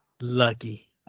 Lucky